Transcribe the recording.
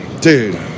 dude